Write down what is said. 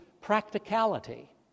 practicality